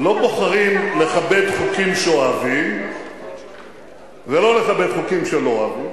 לא בוחרים לכבד חוקים שאוהבים ולא לכבד חוקים שלא אוהבים,